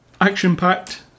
action-packed